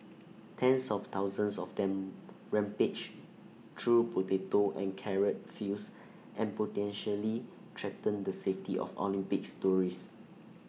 tens of thousands of them rampage through potato and carrot fields and potentially threaten the safety of Olympics tourists